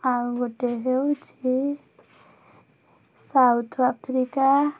ଆଉ ଗୋଟେ ହେଉଛି ସାଉଥ୍ଆଫ୍ରିକା